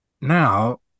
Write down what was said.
now